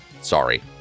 Sorry